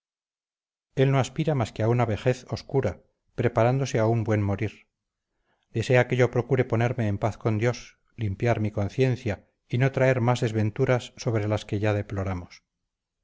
él no aspira más que a una vejez obscura preparándose a un buen morir desea que yo procure ponerme en paz con dios limpiar mi conciencia y no traer más desventuras sobre las que ya deploramos